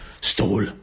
stole